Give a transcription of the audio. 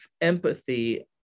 empathy